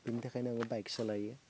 बेनि थाखायनो आङो बाइक सालायो